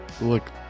look